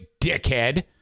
dickhead